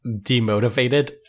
demotivated